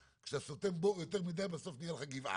כיוון שהישימות של זה היא מאות אלפי שקלים.